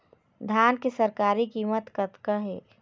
धान के सरकारी कीमत कतका हे?